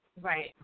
Right